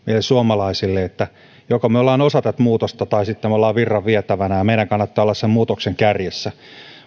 suomalaisille että joko me olemme osa tätä muutosta tai sitten olemme virran vietävinä ja meidän kannattaa olla sen muutoksen kärjessä